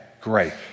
great